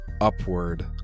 upward